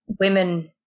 women